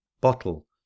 bottle